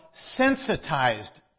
sensitized